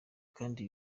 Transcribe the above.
kandi